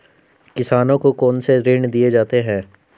किसानों को कौन से ऋण दिए जाते हैं?